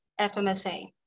FMSA